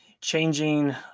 changing